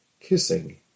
kissing